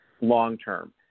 long-term